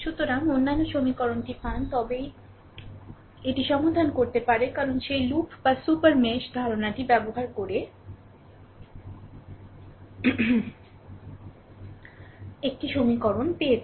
সুতরাং অন্যান্য সমীকরণটি পান তবেই এটি সমাধান করতে পারে কারণ সেই লুপ বা সুপার মেশ ধারণাটি ব্যবহার করে একটি সমীকরণ পেয়েছে